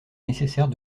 nécessaire